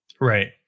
Right